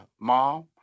mom